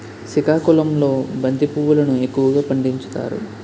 సికాకుళంలో బంతి పువ్వులును ఎక్కువగా పండించుతారు